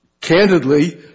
candidly